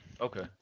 okay